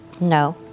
No